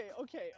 okay